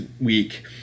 week